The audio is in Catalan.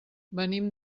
venim